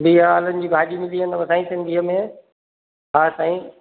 बीह आलूनि जी भाॼी मिली वेंदव साईं सिंधीअ में हा साईं